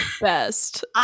best